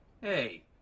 Hey